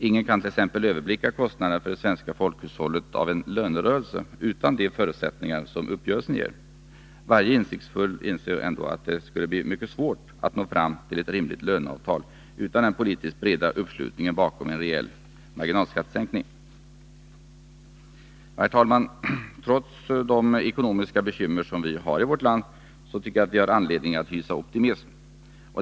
Ingen kan t.ex. överblicka kostnaderna för det svenska folkhushållet av en lönerörelse utan de förutsättningar som uppgörelsen ger. Varje insiktsfull person inser ändå att det skulle bli mycket svårt att nå fram till ett rimligt löneavtal utan den politiskt breda uppslutningen bakom en rejäl marginalskattesänkning. Herr talman! Trots de ekonomiska bekymmer som vi har i vårt land tycker jag att vi har anledning att hysa optimism.